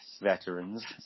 veterans